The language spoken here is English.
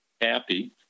happy